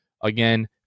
Again